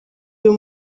uyu